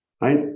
right